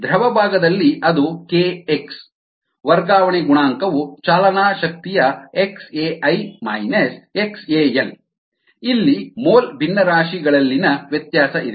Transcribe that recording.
ದ್ರವ ಭಾಗದಲ್ಲಿ ಅದು kx ವರ್ಗಾವಣೆ ಗುಣಾಂಕವು ಚಾಲನಾ ಶಕ್ತಿಯ ಇಲ್ಲಿ ಮೋಲ್ ಭಿನ್ನರಾಶಿಗಳಲ್ಲಿನ ವ್ಯತ್ಯಾಸ ಇದೆ